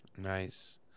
nice